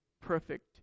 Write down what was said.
perfect